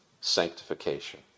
sanctification